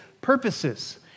purposes